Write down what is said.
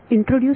introduce